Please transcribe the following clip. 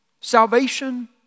Salvation